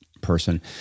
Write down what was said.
person